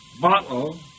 bottle